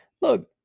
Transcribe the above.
Look